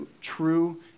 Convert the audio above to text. true